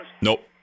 Nope